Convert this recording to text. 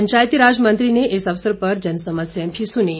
पंचायतीराज मंत्री ने इस अवसर पर जनसमस्याएं भी सुनीं